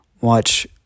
watch